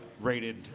rated